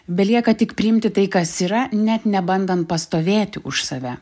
belieka tik priimti tai kas yra net nebandant pastovėti už save